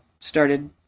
started